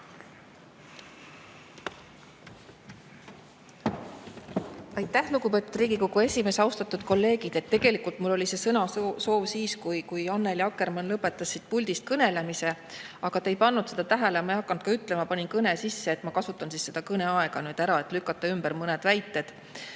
Aitäh, lugupeetud Riigikogu esimees! Austatud kolleegid! Tegelikult mul oli sõnasoov siis, kui Annely Akkermann lõpetas siit puldist kõnelemise, aga te ei pannud seda tähele. Ma ei hakanud ka ütlema, panin kõne[soovi] sisse. Ma kasutan siis seda kõneaega nüüd ära, et lükata ümber mõned